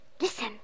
Listen